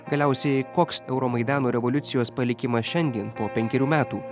galiausiai koks euromaidano revoliucijos palikimas šiandien po penkerių metų